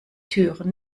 türen